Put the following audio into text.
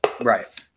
Right